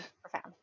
profound